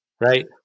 right